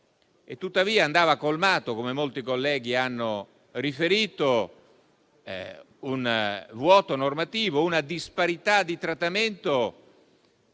alto. Andavano colmati, come molti colleghi hanno riferito, un vuoto normativo e una disparità di trattamento